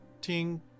ting